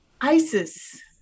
Isis